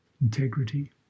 integrity